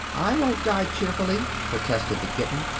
i won't die cheerfully! protested the kitten.